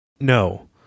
No